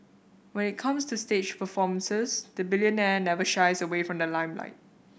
when it comes to stage performances the billionaire never shies away from the limelight